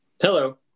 hello